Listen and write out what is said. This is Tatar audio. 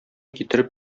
китереп